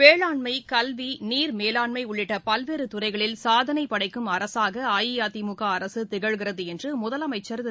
வேளான்மை கல்வி நீர்மேலாண்மை உள்ளிட்ட பல்வேறு துறைகளில் சாதனை படைக்கும் அரசாக அஇஅதிமுக அரசு திகழ்கிறது என்று முதலமைச்ச் திரு